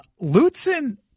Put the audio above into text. Lutzen